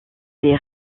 des